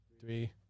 three